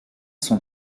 sont